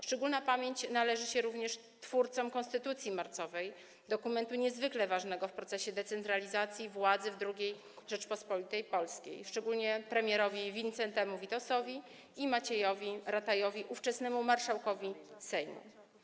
Szczególna pamięć należy się również twórcom konstytucji marcowej, dokumentu niezwykle ważnego w procesie decentralizacji władzy w II Rzeczypospolitej Polskiej, szczególnie premierowi Wincentemu Witosowi i Maciejowi Ratajowi, ówczesnemu marszałkowi Sejmu.